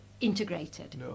integrated